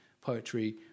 poetry